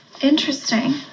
Interesting